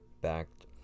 backed